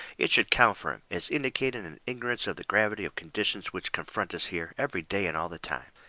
it should count for him, as indicating an ignorance of the gravity of conditions which confront us here, every day and all the time.